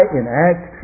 enact